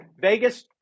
Vegas